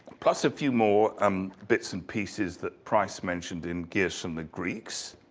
plus a few more um bits and pieces that price mentioned in gifts from the greeks.